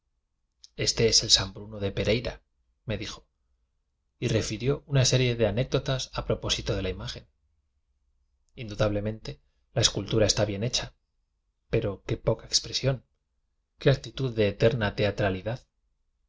este es el san bruno de pereira me dijo y refirió una serie de anécdotas a propósito de la imagen indudablemente la escultura está bien hecha pero qué poca expresión qué actitud de eterna teatrali